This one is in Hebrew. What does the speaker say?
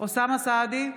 אוסאמה סעדי,